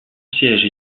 siège